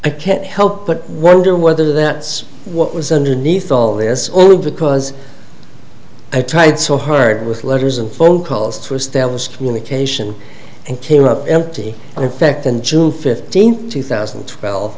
i can't help but wonder whether that what was underneath all this only because i tried so hard with letters and phone calls to establish communication and came up empty effect in june fifteenth two thousand and twelve